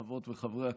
חברות וחברי הכנסת,